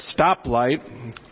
stoplight